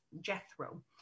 Jethro